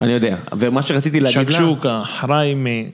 אני יודע, ומה שרציתי להגיד להם... שקשוקה, חריימה...